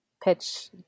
pitch